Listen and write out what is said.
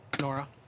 Nora